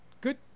good